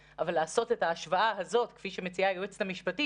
אבל כמסרונים --- למרות שהוא היה צריך להיכנס לתקופות בידוד